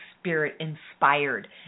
Spirit-inspired